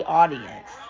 audience